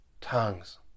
Tongues